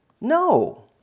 No